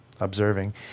Observing